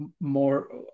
more